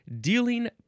dealing